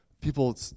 people